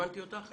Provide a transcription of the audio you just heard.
הבנתי אותך?